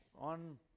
on